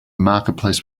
marketplace